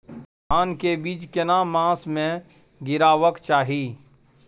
धान के बीज केना मास में गीरावक चाही?